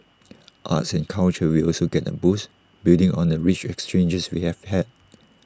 arts and culture will also get A boost building on the rich exchanges we have had